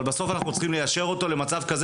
אבל בסוף אנחנו צריכים ליישר אותו למצב כזה.